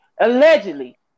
allegedly